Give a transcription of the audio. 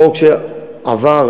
החוק שעבר,